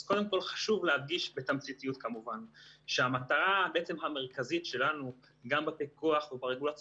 אז קודם כול חשוב להדגיש שהמטרה המרכזית שלנו גם בפיקוח וברגולציה